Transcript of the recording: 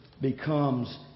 becomes